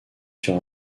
sur